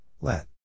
let